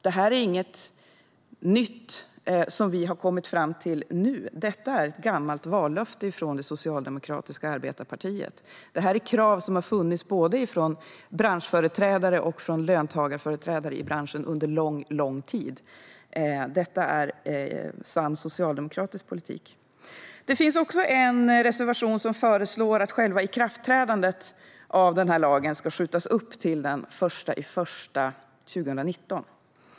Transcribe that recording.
Det här är ingenting nytt som vi har kommit fram till nu. Detta är ett gammalt vallöfte från det socialdemokratiska arbetarpartiet. Dessa krav har funnits både från branschföreträdare och från löntagarföreträdare i branschen under lång tid. Detta är sann socialdemokratisk politik. I en reservation föreslås att ikraftträdandet av den här lagen ska skjutas upp till den 1 januari 2019.